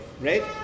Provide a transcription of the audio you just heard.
right